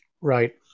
Right